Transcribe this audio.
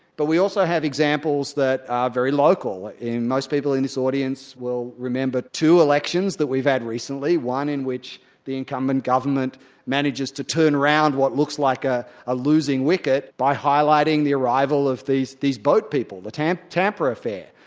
but we also have examples that are very local and most people in this audience will remember two elections that we've had recently, one in which the incumbent government manages to turn around what looks like a ah losing wicket by highlighting the arrival of these these boat people, the tampa tampa affair.